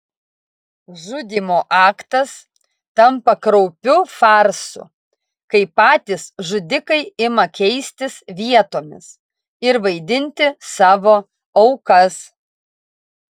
žudymo aktas tampa kraupiu farsu kai patys žudikai ima keistis vietomis ir vaidinti savo aukas